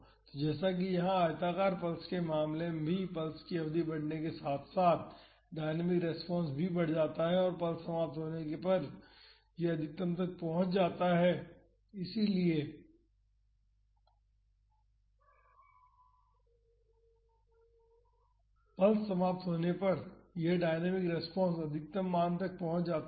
तो जैसा कि यहां आयताकार पल्स के मामले में भी पल्स की अवधि बढ़ने के साथ साथ डायनामिक रेस्पॉन्स भी बढ़ जाता है और पल्स समाप्त होने पर यह अधिकतम तक पहुंच जाता है इसलिए पल्स समाप्त होने पर यह डायनामिक रेस्पॉन्स अधिकतम मान तक पहुंच जाता है